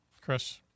Chris